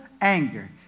anger